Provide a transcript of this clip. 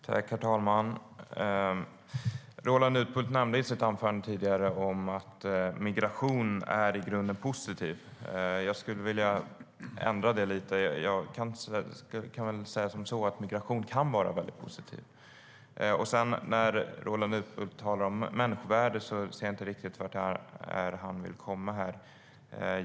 Herr talman! Roland Utbult nämnde i sitt anförande tidigare att migration i grunden är något positivt. Jag skulle vilja ändra det lite och kan väl säga som så att migration kanNär Roland Utbult talar om människovärde ser jag inte riktigt vart han vill komma.